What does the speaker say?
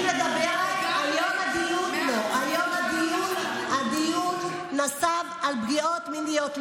היום הדיון נסב על פגיעות מיניות,